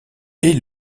est